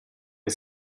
che